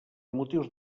motius